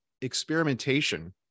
experimentation